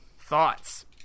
thoughts